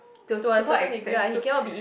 to a suitable extent so